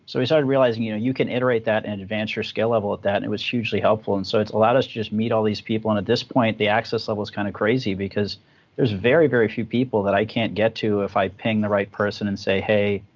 so we started realizing you know you can iterate that and advance your skill level at that, and it was hugely helpful. and so it's allowed us to just meet all these people. and at this point, the access level is kind of crazy because there's very, very few people that i can't get to if i ping the right person and say hey.